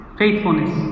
faithfulness